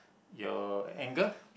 your anger